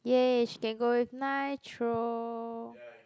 yay she can go with Nitro